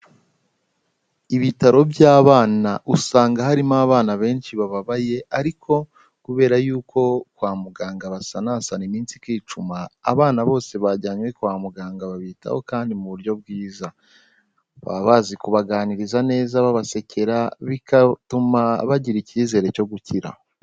Ibitaro by'abana usanga harimo abana benshi bababaye, ariko kubera yuko kwa muganga basanasana iminsi ikicuma, abana bose bajyanywe kwa muganga babitaho kandi mu buryo bwiza, baba bazi kubaganiriza neza babasekera bigatuma bagira icyizere cyo gukira.